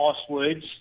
passwords